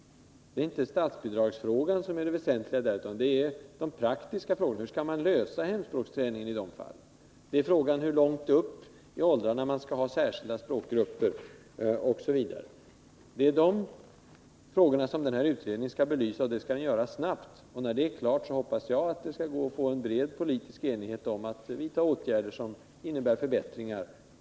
Där är det inte statsbidragsfrågan som är det väsentliga utan de praktiska problemen. Hur skall man lösa hemspråksträningen i de fallen? Hur långt upp i åldrarna skall man ha särskilda språkgrupper osv.? Det är sådana frågor som den här utredningen skall belysa, och det skall den göra snabbt. När utredningen är klar med sitt arbete hoppas jag att det skall gå att nå bred politisk enighet om att vidta åtgärder som innebär förbättringar.